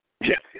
yes